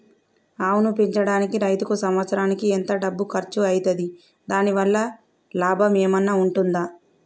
ఆవును పెంచడానికి రైతుకు సంవత్సరానికి ఎంత డబ్బు ఖర్చు అయితది? దాని వల్ల లాభం ఏమన్నా ఉంటుందా?